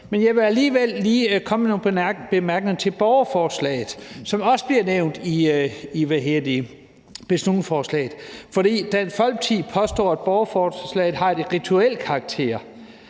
Men jeg vil alligevel lige komme med nogle bemærkninger til borgerforslaget, som også bliver nævnt i beslutningsforslaget, for Dansk Folkeparti påstår, at borgerforslaget har lidt rituel karakter.